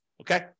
Okay